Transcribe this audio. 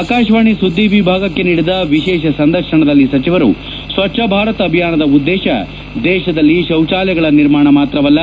ಆಕಾಶವಾಣಿ ಸುದ್ದಿ ವಿಭಾಗಕ್ಕೆ ನೀಡಿದ ವಿಶೇಷ ಸಂದರ್ಶನದಲ್ಲಿ ಸಚಿವರು ಸ್ವಜ್ಞ ಭಾರತ್ ಅಭಿಯಾನದ ಉದ್ದೇತ ದೇಶದಲ್ಲಿ ಶೌಚಾಲಯಗಳ ನಿರ್ಮಾಣ ಮಾತ್ರವಲ್ಲ